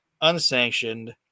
unsanctioned